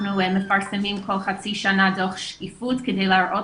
אנחנו מפרסמים כל חצי שנה דוח שקיפות כדי להראות